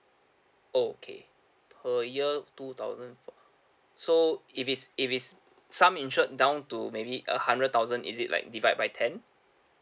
okay per year two thousand four so if it's if it's sum insured down to maybe a hundred thousand is it like divide by ten